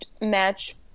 match